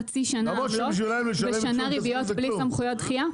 חצי שנה עמלות ושנה ריביות בלי סמכויות דחייה?